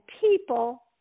people